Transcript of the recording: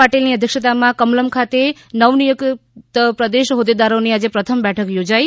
પાટીલની અધ્યક્ષતામાં કમલમ્ ખાતે નવનિયુક્ત પ્રદેશ હોદેદારોની આજે પ્રથમ બેઠક યોજાઈ